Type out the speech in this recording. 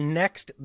next